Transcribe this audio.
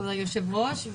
כבוד היושב-ראש,